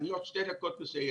אני עוד 2 דקות מסיים.